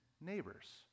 neighbors